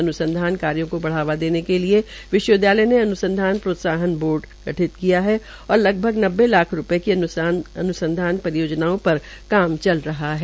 अन्संधान कार्यो को बढ़ावा देने के लिए विश्वविद्यालय ने अनुसंधान प्रोत्साहन बोर्ड गठित किया है और लगभग नब्बे लाख रूपये की अन्संधान परियोजनाओं पर काम चल रहा है